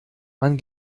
man